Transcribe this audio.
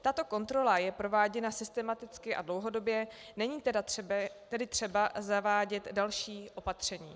Tato kontrola je prováděna systematicky a dlouhodobě, není tedy třeba zavádět další opatření.